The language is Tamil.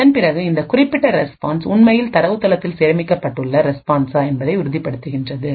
அதன் பிறகு இந்த குறிப்பிட்ட ரெஸ்பான்ஸ்உண்மையில் தரவுத்தளத்தில் சேமிக்கப்பட்டுள்ள ரெஸ்பான்சா என்பதை உறுதிப்படுத்துகிறது